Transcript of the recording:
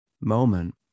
moment